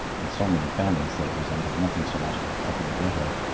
and so many families that it resembled nothing so much as a puffin ghetto.